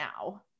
now